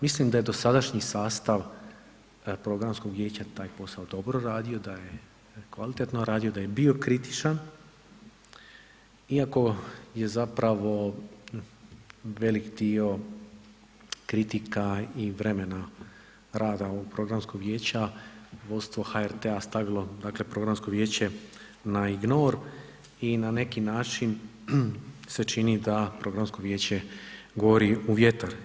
Mislim da je dosadašnji sastav Programskog vijeća dobro radio, da je kvalitetno radio, da je bio kritičan iako je zapravo velik dio kritika i vremena rada ovog Programskog vijeća vodstvo HRT-a stavilo, dakle Programsko vijeće na ignor i na neki način se čini da Programsko vijeće govori u vjetar.